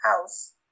house